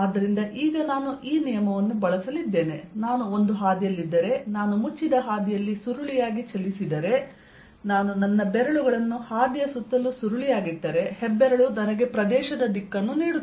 ಆದ್ದರಿಂದ ಈಗ ನಾನು ಈ ನಿಯಮವನ್ನು ಬಳಸಲಿದ್ದೇನೆ ನಾನು ಒಂದು ಹಾದಿಯಲ್ಲಿದ್ದರೆ ನಾನು ಮುಚ್ಚಿದ ಹಾದಿಯಲ್ಲಿ ಸುರುಳಿಯಾಗಿ ಚಲಿಸಿದರೆ ನಾನು ನನ್ನ ಬೆರಳುಗಳನ್ನು ಹಾದಿಯ ಸುತ್ತಲೂ ಸುರುಳಿಯಾಗಿಟ್ಟರೆ ಹೆಬ್ಬೆರಳು ನನಗೆ ಪ್ರದೇಶದ ದಿಕ್ಕನ್ನು ನೀಡುತ್ತದೆ